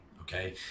okay